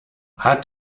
hat